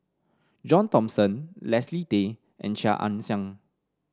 John Thomson Leslie Tay and Chia Ann Siang